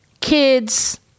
kids